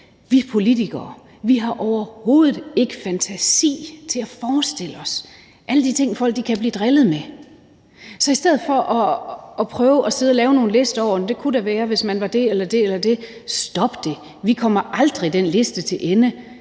vi politikere har overhovedet ikke fantasi til at forestille os alle de ting, folk kan blive drillet med. Så i stedet for at prøve og sidde og lave nogle lister over, hvad der kunne være, hvis man var det eller det, vil jeg sige: Stop det, vi kommer aldrig den liste til ende.